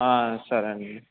సరే అండి